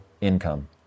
income